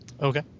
Okay